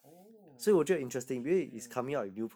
oh ya interesting ya ya